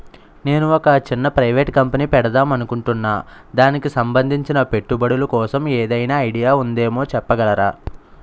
నేను ఒక చిన్న ప్రైవేట్ కంపెనీ పెడదాం అనుకుంటున్నా దానికి సంబందించిన పెట్టుబడులు కోసం ఏదైనా ఐడియా ఉందేమో చెప్పగలరా?